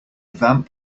vamp